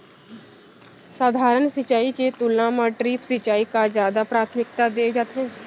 सधारन सिंचाई के तुलना मा ड्रिप सिंचाई का जादा प्राथमिकता दे जाथे